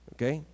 Okay